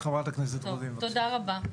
חברת הכנסת רוזין, בבקשה.